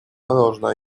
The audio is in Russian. должна